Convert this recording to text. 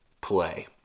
play